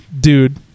dude